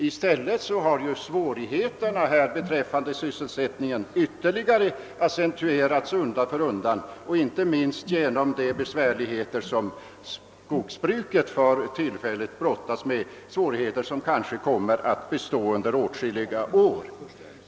I stället har svårigheterna beträffande sysselsättningen undan för undan accentuerats, inte minst genom de besvärligheter som skogsbruket för tillfället brottas med, svårigheter som kanske består under åtskilliga år.